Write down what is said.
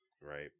right